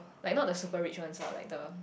like not the super rich ones lah like the